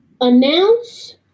Announce